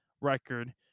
record